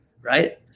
right